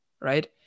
right